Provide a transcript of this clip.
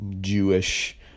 Jewish